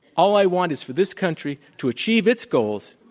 all i want is for this country to achieve its goals.